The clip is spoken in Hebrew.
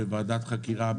בוועדת חקירה,